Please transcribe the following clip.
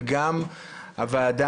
וגם הוועדה